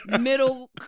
middle